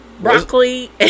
broccoli